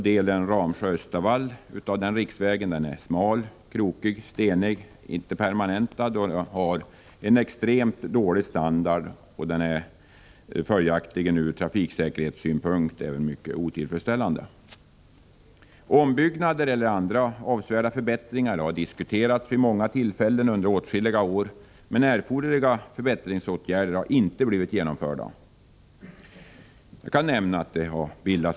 Delen Ramsjö-Östavall av denna riksväg är smal, krokig, stenig och icke permanentad samt har en extremt dåligt standard. Den är följaktligen från trafiksäkerhetssynpunkt mycket otillfredsställande. Ombyggnader eller andra avsevärda förbättringar har diskuterats vid många tillfällen under åtskilliga år, men erforderliga förbättringsåtgärder har inte blivit genomförda.